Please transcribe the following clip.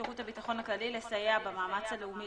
שירות הביטחון הכללי לסייע במאמץ הלאומי